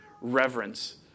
reverence